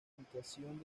nidificación